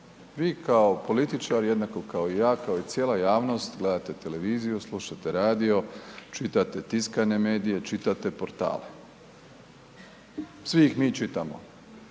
Vi kao političar, jednako kao i ja kao i cijela javnost gledate televiziju, slušate radio, čitate tiskane medije, čitate portale, svi ih mi čitamo.